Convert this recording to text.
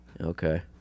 Okay